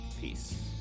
peace